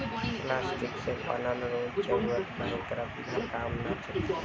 plastic से बनल समान आदमी के हर रोज जरूरत बा एकरा बिना काम ना चल सकेला